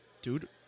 Dude